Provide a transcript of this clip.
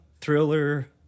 thriller